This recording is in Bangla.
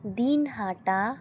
দিনহাটা